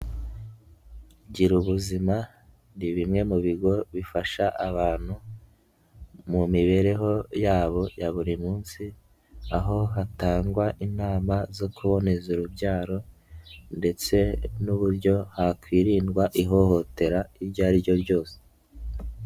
Girubuzima ni bimwe mu bigo bifasha abantu mu mibereho yabo ya buri munsi aho hatangwa inama zo kuboneza urubyaro, ndetse n'uburyo hakwirindwa ihohotera iryo ari ryo ryose.